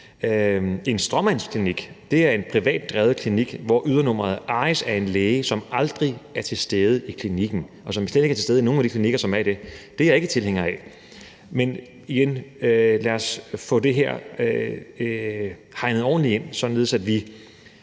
En stråmandsklinik er en privat drevet klinik, hvor ydernummeret ejes af en læge, som aldrig er til stede i klinikken, og som slet ikke er til stede i nogen af de klinikker, som der ejes, og det er jeg ikke tilhænger af. Men igen: Lad os få det her hegnet ordentligt ind, således at vi,